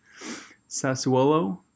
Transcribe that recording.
Sassuolo